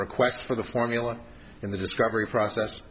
request for the formula in the discovery process